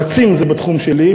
יועצים זה בתחום שלי,